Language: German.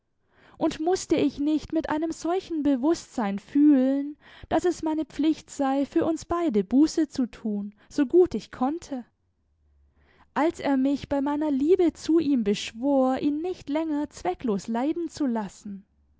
und mußte ich nicht mit einem solchen bewußtsein fühlen daß es meine pflicht sei für uns beide buße zu tun so gut ich konnte als er mich bei meiner liebe zu ihm beschwor ihn nicht länger zwecklos leiden zu lassen